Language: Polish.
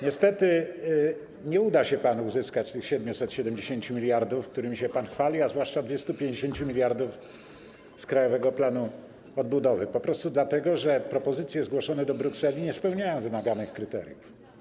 Niestety nie uda się panu uzyskać tych 770 mld, którymi się pan chwali, a zwłaszcza 250 mld z Krajowego Planu Odbudowy, po prostu dlatego że propozycje zgłoszone do Brukseli nie spełniają wymaganych kryteriów.